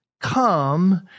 come